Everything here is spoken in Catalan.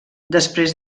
després